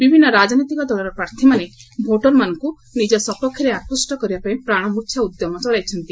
ବିଭିନ୍ନ ରାଜନୈତିକ ଦଳର ପ୍ରାର୍ଥୀମାନେ ଭୋଟରମାନଙ୍କୁ ନିଜ ସପକ୍ଷରେ ଆକୃଷ୍ଟ କରିବା ପାଇଁ ପ୍ରାଣମୂର୍ଚ୍ଚା ଉଦ୍ୟମ ଚଳାଇଛନ୍ତି